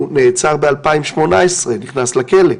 הוא נעצר ב-2018 ונכנס לכלא,